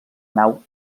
nau